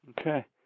Okay